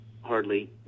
hardly